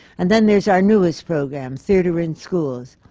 and then there's our newest program, theatre in schools.